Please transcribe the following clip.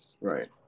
Right